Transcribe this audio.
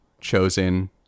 chosen